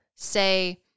say